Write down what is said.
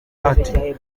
ati